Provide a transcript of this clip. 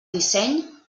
disseny